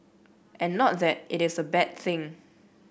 and not that it is a bad thing